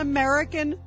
American